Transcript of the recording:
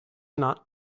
not